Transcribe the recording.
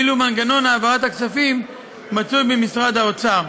ואילו מנגנון העברת הכספים מצוי במשרד האוצר.